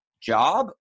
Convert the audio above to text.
job